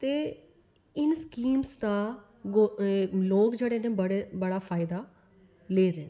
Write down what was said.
ते इन स्कीमस दा गो लोक जेह्ड़े न बड़े बड़ा फायदा लै दे